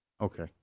Okay